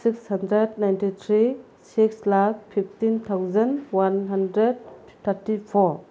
six hundred ninety three six lakh fifteen thousand one hundred thirty four